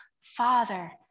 Father